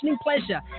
pleasure